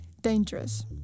dangerous